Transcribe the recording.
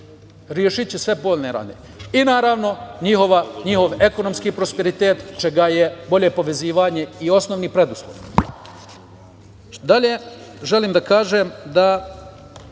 rešiće sve bolne rane. Naravno, njihov ekonomski prosperitet, čega je bolje povezivanje i osnovni preduslov. Dalje,